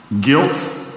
guilt